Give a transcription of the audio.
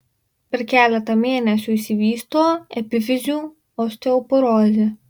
per keletą mėnesių išsivysto epifizių osteoporozė